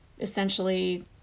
essentially